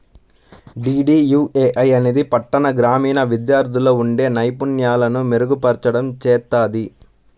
DDUAY అనేది పట్టణ, గ్రామీణ విద్యార్థుల్లో ఉండే నైపుణ్యాలను మెరుగుపర్చడం చేత్తది